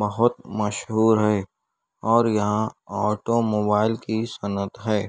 بہت مشہور ہے اور یہاں آٹو موبائل کی صنعت ہے